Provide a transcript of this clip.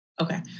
Okay